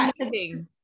amazing